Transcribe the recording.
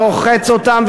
ורוחץ אותם,